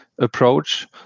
approach